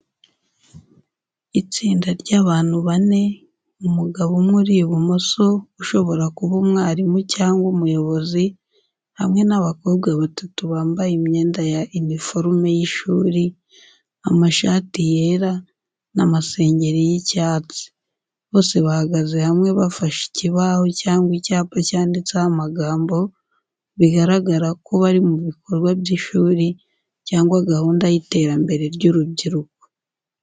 Itsinda ry’abantu bane: umugabo umwe uri ibumoso ushobora kuba umwarimu cyangwa umuyobozi hamwe n'abakobwa batatu bambaye imyenda ya uniforme y’ishuri, amashati yera n'amasengeri y’icyatsi. Bose bahagaze hamwe bafashe ikibaho cyangwa icyapa cyanditseho amagambo bigaragara ko bari mu bikorwa by’ishuri cyangwa gahunda y’iterambere ry’urubyiruko.